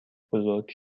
بزرگ